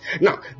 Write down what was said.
now